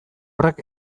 horrek